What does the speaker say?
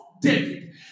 David